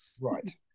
Right